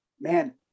man